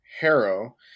Harrow